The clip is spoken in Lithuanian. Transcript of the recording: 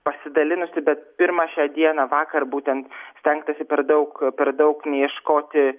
pasidalinusi bet pirmą šią dieną vakar būtent stengtasi per daug per daug neieškoti